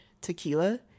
tequila